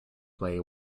play